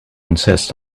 insist